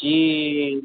जी